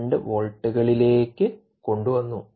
2 വോൾട്ടുകളിലേക്ക് കൊണ്ടുവന്നു